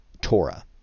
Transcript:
Torah